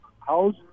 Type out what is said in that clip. house